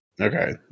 Okay